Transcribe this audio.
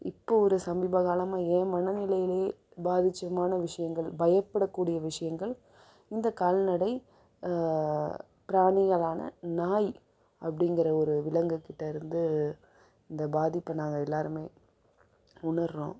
இப்போ ஒரு சமீபகாலமாக என் மனநிலையிலையே பாதிச்சமான விஷயங்கள் பயப்புடக்கூடிய விஷயங்கள் இந்த கால்நடை பிராணிகளான நாய் அப்படிங்கிற ஒரு விலங்குகிட்ட இருந்து இந்த பாதிப்பை நாங்கள் எல்லாருமே உணர்கிறோம்